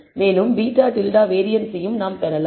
மேலும் β̂ வேரியன்ஸையும் நாம் பெறலாம்